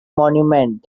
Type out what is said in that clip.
monument